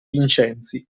vincenzi